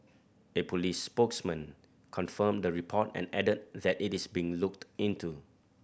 a police spokesman confirmed the report and added that it is being looked into